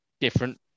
different